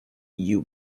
you